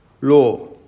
law